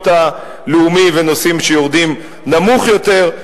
הלאומי ונושאים שיורדים נמוך יותר.